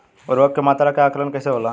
उर्वरक के मात्रा के आंकलन कईसे होला?